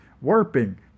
warping